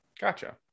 Gotcha